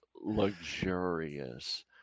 luxurious